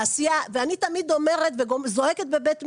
ואני תמיד אומרת וזועקת בבית משפט: